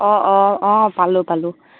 অঁ অঁ অঁ পালোঁ পালোঁ